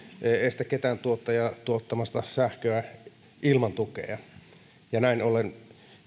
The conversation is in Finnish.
estä ketään tuottajaa tuottamasta sähköä ilman tukea näin ollen